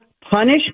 punish